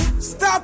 stop